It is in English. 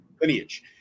lineage